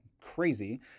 crazy